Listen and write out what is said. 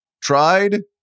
tried